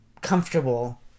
comfortable